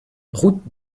route